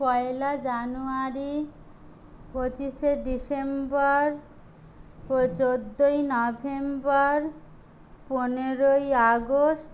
পয়লা জানুয়ারি পঁচিশে ডিসেম্বর পো চোদ্দোই নভেম্বর পনেরোই আগস্ট